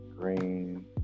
green